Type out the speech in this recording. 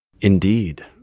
Indeed